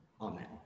Amen